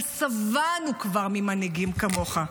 אבל שבענו כבר ממנהיגים כמוך.